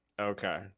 okay